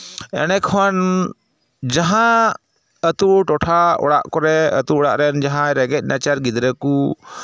ᱚᱸᱰᱮ ᱠᱷᱚᱱ ᱡᱟᱦᱟᱸ ᱟᱹᱛᱩ ᱴᱚᱴᱷᱟ ᱚᱲᱟᱜ ᱠᱚᱨᱮᱜ ᱟᱛᱩ ᱚᱲᱟᱜ ᱨᱮ ᱡᱟᱦᱟᱸ ᱨᱮᱸᱜᱮᱡ ᱱᱟᱪᱟᱨ ᱜᱤᱫᱽᱨᱟᱹ ᱠᱚ